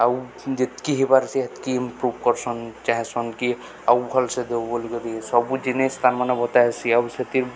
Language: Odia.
ଆଉ ଯେତକି ହେଇବାର ସେ ହେତକି ଇମ୍ପ୍ରୁଭ୍ କରସନ୍ ଚାହଁସନ୍ କି ଆଉ ଭଲ ସେ ଦଉ ବୋଲିକି ସବୁ ଜିନିଷ ତା' ମାନେ ବତା ହେସି ଆଉ ସେଥିର୍